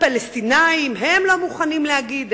הפלסטינים: הם לא מוכנים להגיד,